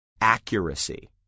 accuracy